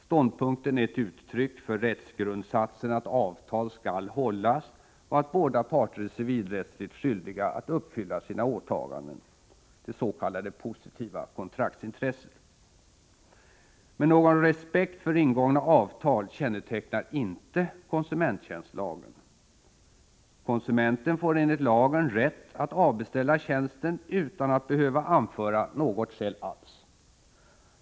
Ståndpunkten är ett uttryck för rättsgrundsatsen att avtal skall hållas och att båda parter är civilrättsligt skyldiga att uppfylla sina åtaganden — det s.k. positiva kontraktsintresset. Men någon respekt för ingångna avtal kännetecknar inte konsumenttjänstlagen. Konsumenten får enligt lagen rätt att avbeställa tjänsten utan att behöva anföra något skäl alls.